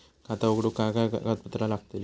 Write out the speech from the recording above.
खाता उघडूक काय काय कागदपत्रा लागतली?